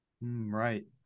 Right